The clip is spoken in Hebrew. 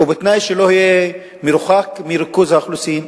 ובתנאי שלא יהיה מרוחק מריכוז האוכלוסין,